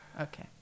Okay